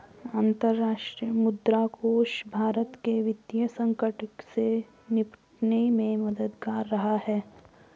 अंतर्राष्ट्रीय मुद्रा कोष भारत के वित्तीय संकट से निपटने में मददगार रहा है